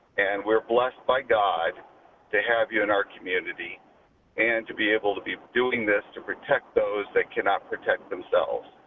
and we're blessed by god to have you in our community and to be able to be doing this to protect those that cannot protect themselves.